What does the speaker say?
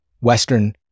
Western